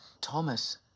thomas